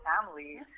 family